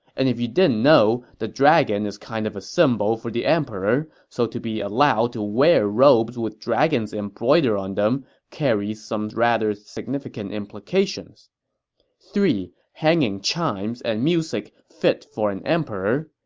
and if you didn't know, the dragon is kind of a symbol for the emperor, so to be allowed to wear robes with dragons embroidered on them carries some rather significant implications hanging chimes and music fit for an emperor.